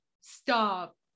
Stop